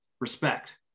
respect